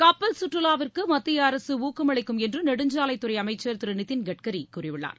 கப்பல் சுற்றுவாவிற்கு மத்திய அரசு ஊக்கமளிக்கும் என்று நெடுஞ்சாலைத்துறை அமைச்சர் திரு நிதின் கட்கரி கூறியுள்ளார்